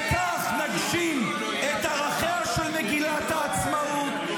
בכך נגשים את ערכיה של מגילת העצמאות,